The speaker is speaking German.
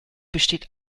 besteht